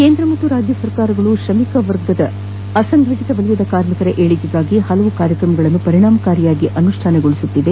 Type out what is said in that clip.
ಕೇಂದ್ರ ಹಾಗೂ ರಾಜ್ಯ ಸರ್ಕಾರಗಳು ಶ್ರಮಿಕವರ್ಗವಾದ ಅಸಂಘಟಿತ ವಲಯದ ಕಾರ್ಮಿಕರ ಏಳಿಗೆಗೆ ಪಲವಾರು ಕಾರ್ಯಕ್ರಮಗಳನ್ನು ಪರಿಣಾಮಕಾರಿಯಾಗಿ ಅನುಷ್ಠಾನಗೊಳಿಸುತ್ತಿದೆ